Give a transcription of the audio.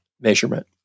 measurement